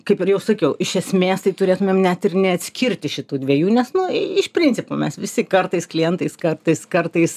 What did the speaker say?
kaip ir jau sakiau iš esmės tai turėtumėm net ir neatskirti šitų dviejų nes nu iš principo mes visi kartais klientais kartais kartais